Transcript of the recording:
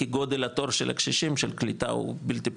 כי גודל התור של הקשישים של קליטה הוא בלתי פרופורציונלי,